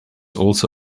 also